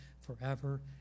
forever